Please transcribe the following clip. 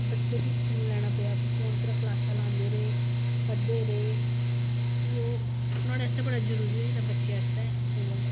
बच्चे गी फिह् फोन लेना पेया फिह् फौन उप्परा क्लासां लांदे रेह् पढदे रेह् फिह् ओह् नुआडे आस्ते बड़ा जरुरी होई जंदा बच्चे आस्तै फोन